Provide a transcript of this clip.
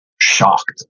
shocked